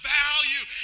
value